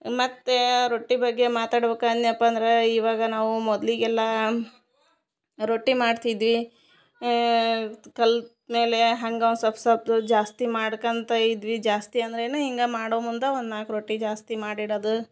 ಮತ್ತು ರೊಟ್ಟಿ ಬಗ್ಗೆ ಮಾತಾಡ್ಬೇಕು ಅನ್ಯಪಂದರೆ ಇವಾಗ ನಾವೂ ಮೊದಲಿಗೆಲ್ಲಾ ರೊಟ್ಟಿ ಮಾಡ್ತಿದ್ವಿ ಕಲ್ತು ಮೇಲೆ ಹಂಗಾ ಒಂದ್ ಸೊಲ್ಪ್ ಸೊಲ್ಪ್ ಜಾಸ್ತಿ ಮಾಡ್ಕಂತ ಇದ್ವಿ ಜಾಸ್ತಿ ಅಂದರೇನೆ ಹಿಂಗಾ ಮಾಡೋ ಮುಂದಾ ಒಂದು ನಾಲ್ಕು ರೊಟ್ಟಿ ಜಾಸ್ತಿ ಮಾಡಿಡದ